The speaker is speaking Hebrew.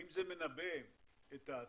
האם זה מנבא את העתיד,